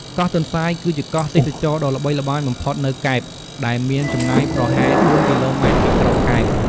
កោះទន្សាយ គឺជាកោះទេសចរណ៍ដ៏ល្បីល្បាញបំផុតនៅកែប ដែលមានចម្ងាយប្រហែល ៤ គីឡូម៉ែត្រពីក្រុងកែប។